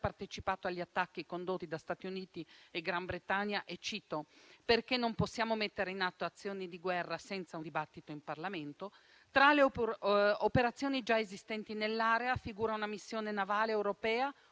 partecipato agli attacchi condotti da Stati Uniti e Gran Bretagna, perché - cito - «non possiamo mettere in atto azioni di guerra senza un dibattito in Parlamento». Tra le operazioni già esistenti nell'area figura una missione navale europea,